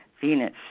Venus